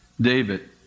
David